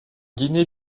guinée